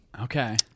Okay